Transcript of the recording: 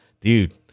dude